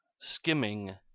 skimming